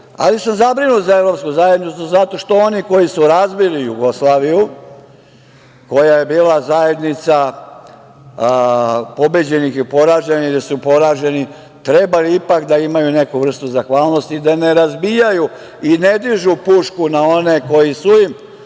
ali sam zabrinut za Evropsku zajednicu zato što oni koji su razbili Jugoslaviju, koja je bila zajednica pobeđenih i poraženih gde su poraženi trebali ipak da imaju neku vrstu zahvalnosti i da ne razbijaju i ne dižu pušku na one koji su im